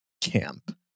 Camp